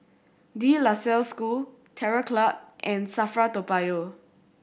De La Salle School Terror Club and SAFRA Toa Payoh